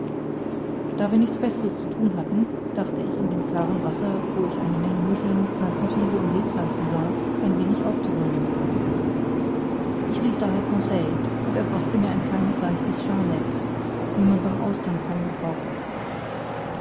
da wir nichts besseres zu thun hatten dachte ich in dem klaren wasser wo ich eine menge muscheln pflanzenthiere und seepflanzen sah ein wenig aufzuräumen ich rief daher conseil und er brachte mir ein kleines leichtes scharrnetz wie man beim austernfang gebraucht